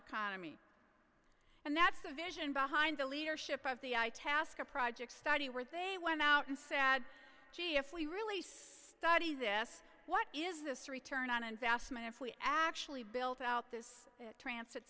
economy and that's the vision behind the leadership of the itasca project study where they went out and sad gee if we really study this what is this return on investment if we actually built out this tran